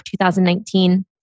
2019